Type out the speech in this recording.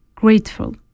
Grateful